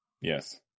Yes